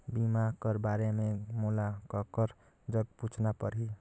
बीमा कर बारे मे मोला ककर जग पूछना परही?